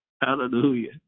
Hallelujah